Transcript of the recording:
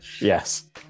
Yes